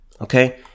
Okay